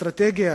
אסטרטגיה